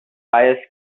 bias